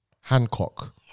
Hancock